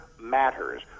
matters